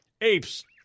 apes